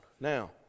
Now